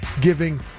giving